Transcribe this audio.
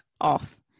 off